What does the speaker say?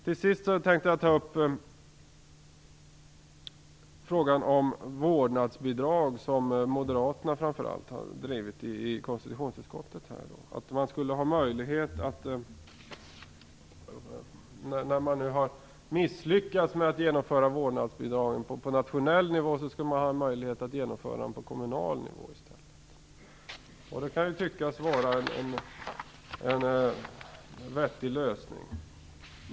Till sist tänkte jag ta upp frågan om vårdnadsbidrag, som framför allt Moderaterna har drivit i konstitutionsutskottet. När man nu har misslyckats med att genomföra vårdnadsbidraget på nationell nivå skall man i stället ha möjlighet att genomföra det på kommunal nivå. Det kan tyckas vara en vettig lösning.